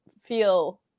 feel